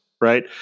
right